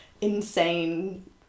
insane